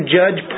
judge